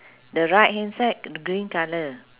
the right hand side green colour